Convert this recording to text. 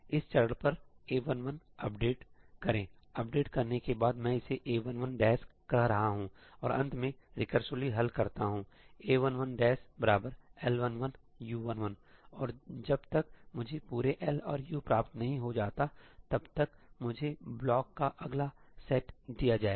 इस चरण पर A11 अपडेट करेंअपडेट करने के बाद मैं इसे A11कह रहा हूं और अंत में रिकसिवलीहल करता हूंA11 L11 U11और जब तक मुझे पूरे L और U प्राप्त नहीं हो जाता तब तक मुझे ब्लॉक का अगला सेट दिया जाएगा